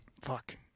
fuck